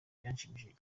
byanshimishije